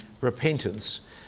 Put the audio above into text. repentance